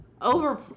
over